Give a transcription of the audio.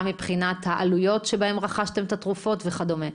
גם מבחינת העלויות שבהן רכשתם את התרופות וכדומה.